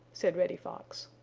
said reddy fox,